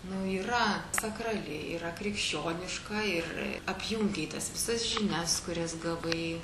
nu yra sakrali yra krikščioniška ir apjungiai tas visas žinias kurias gavai